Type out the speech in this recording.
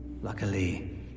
Luckily